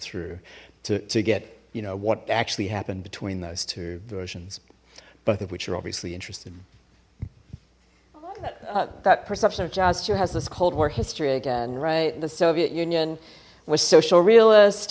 through to get you know what actually happened between those two versions both of which are obviously interested in that perception of jazz to has this cold war history again right the soviet union was social realist